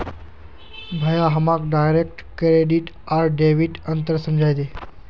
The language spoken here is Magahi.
भाया हमाक डायरेक्ट क्रेडिट आर डेबिटत अंतर समझइ दे